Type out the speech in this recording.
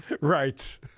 Right